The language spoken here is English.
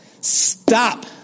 Stop